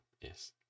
Yes